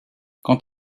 quant